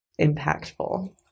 impactful